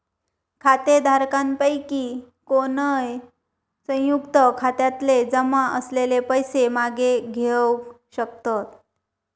खातेधारकांपैकी कोणय, संयुक्त खात्यातले जमा असलेले पैशे मागे घेवक शकतत